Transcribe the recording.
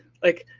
like,